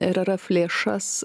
ir yra flešas